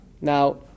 Now